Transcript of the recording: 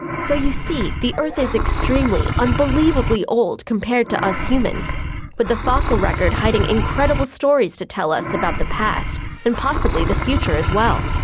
so, you see, the earth is extremely, unbelievably old compared to us humans with a fossil record hiding incredible stories to tell us about the past and possibly the future as well.